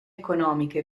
economiche